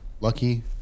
Lucky